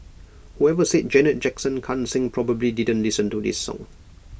whoever said Janet Jackson can't sing probably didn't listen to this song